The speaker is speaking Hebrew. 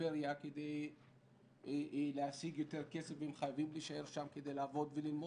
הפריפריה כדי להשיג יותר כסף והם חייבים להישאר שם כדי לעבוד וללמוד,